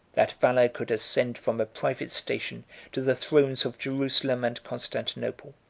that valor could ascend from a private station to the thrones of jerusalem and constantinople.